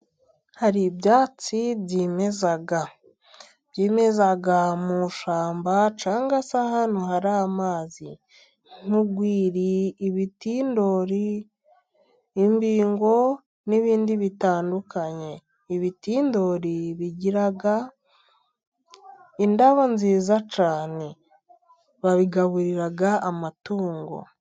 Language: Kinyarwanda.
Hari ibyatsi byimeza, byimeza mu ishyamba cyangwa se ahantu hari amazi nk'urwiri, ibitindori, imbingo n'ibindi bitandukanye. Ibitindori bigira indabo nziza cyane babigaburira amatungo.